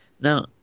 Now